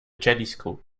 jalisco